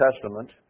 Testament